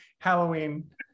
halloween